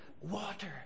water